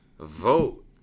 Vote